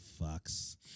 fucks